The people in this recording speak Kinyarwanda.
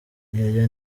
yaya